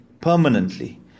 permanently